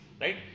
right